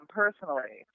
personally